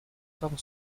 forme